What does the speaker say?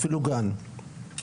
אפילו בגן ילדים,